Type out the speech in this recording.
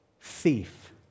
thief